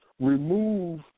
remove